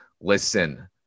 listen